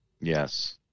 Yes